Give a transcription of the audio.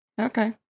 Okay